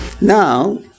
Now